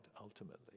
ultimately